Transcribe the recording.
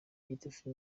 gitifu